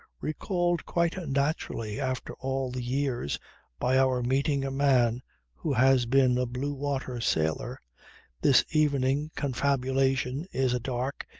recalled quite naturally after all the years by our meeting a man who has been a blue-water sailor this evening confabulation is a dark,